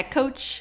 coach